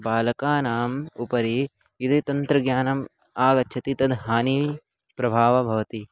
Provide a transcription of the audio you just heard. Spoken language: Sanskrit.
बालकानाम् उपरि यदि तन्त्रज्ञानम् आगच्छति तद् हानेः प्रभावः भवति